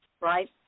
right